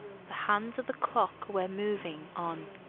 the hands of the clock were moving on.